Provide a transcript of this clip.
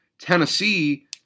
Tennessee